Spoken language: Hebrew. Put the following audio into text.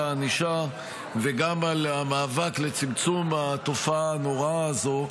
הענישה וגם על המאבק לצמצום התופעה הנוראה הזו,